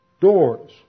doors